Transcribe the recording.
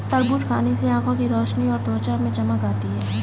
तरबूज खाने से आंखों की रोशनी और त्वचा में चमक आती है